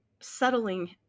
settling